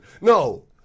No